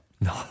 No